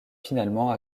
finalement